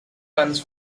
funds